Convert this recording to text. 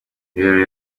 ibirori